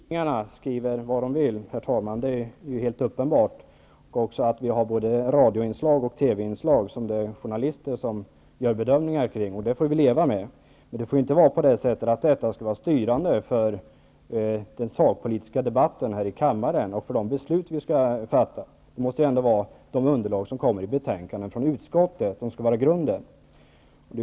Herr talman! Tidningarna skriver vad de vill, det är helt uppenbart. Det finns också både radioinslag och TV-inslag, som journalisterna sedan gör bedömningar omkring. Det får vi leva med, men det skall inte vara styrande för den sakpolitiska debatten i riksdagen och för de beslut som vi skall fatta. Underlaget måste ändå vara utskottets betänkande.